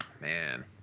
Man